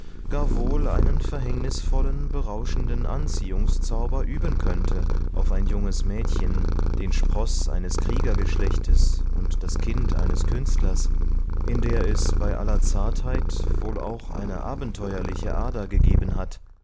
gar wohl einen verhängnisvollen berauschenden anziehungszauber üben könnte auf ein junges mädchen den sproß eines kriegergeschlechtes und das kind eines künstlers in der es bei aller zartheit wohl auch eine abenteuerliche ader gegeben hat